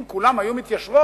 אם כולן היו מתיישרות,